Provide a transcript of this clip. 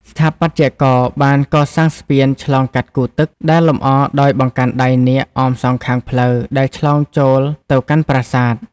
ស្ថាបត្យករបានកសាងស្ពានឆ្លងកាត់គូទឹក ដែលលម្អដោយបង្កាន់ដៃនាគអមសងខាងផ្លូវដែលឆ្លងចូលទៅកាន់ប្រាសាទ។